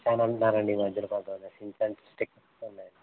చాలా అమ్ముతున్నారు అండి ఈ మధ్యలో షీట్స్ అండ్ స్టిక్స్ కూడా ఉన్నాయి